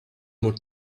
more